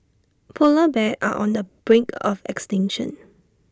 Polar Bears are on the brink of extinction